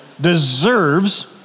deserves